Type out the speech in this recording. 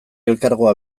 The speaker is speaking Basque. elkargoa